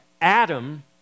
Adam